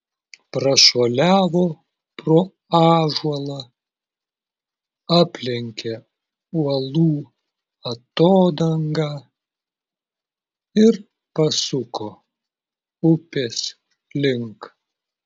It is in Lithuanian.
prašuoliavo pro ąžuolą aplenkė uolų atodangą ir pasuko upės link